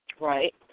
Right